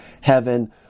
heaven